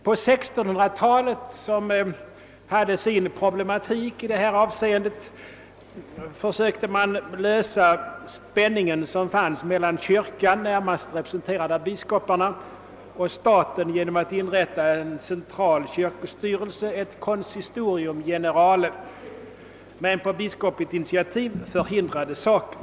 På 1600-talet, som hade sin problematik i det här avseendet, försökte man att lösa den spänning som fanns mellan kyrkan, närmast representerad av biskoparna, och staten genom att inrätta en central kyrkostyrelse, ett consistorium generale, men på biskopligt initiativ förhindrades saken.